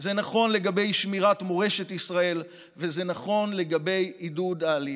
זה נכון לגבי שמירת מורשת ישראל וזה נכון לגבי עידוד העלייה.